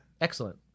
Excellent